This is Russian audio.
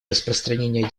распространения